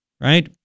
Right